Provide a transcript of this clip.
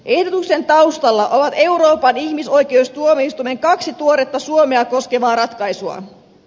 ehdotuksen taustalla ovat euroopan ihmisoikeustuomioistuimen kaksi tuoretta suomea koskevaa ratkaisua